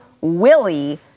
Willie